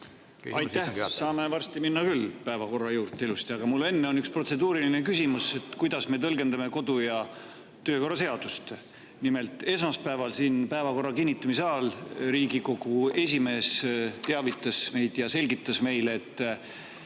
Jah, saame varsti küll minna ilusti päevakorra juurde, aga mul enne on üks protseduuriline küsimus, et kuidas me tõlgendame kodu- ja töökorra seadust. Nimelt, esmaspäeval päevakorra kinnitamise ajal Riigikogu esimees teavitas meid ja selgitas meile, et